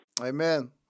Amen